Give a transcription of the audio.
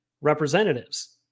representatives